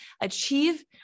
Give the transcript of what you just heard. achieve